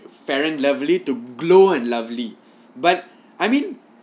fair and lovely to glow and lovely but I mean